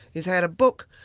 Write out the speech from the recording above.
he's had a book.